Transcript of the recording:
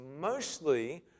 mostly